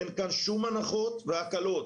אין כאן שום הנחות והקלות.